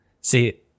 See